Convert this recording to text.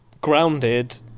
grounded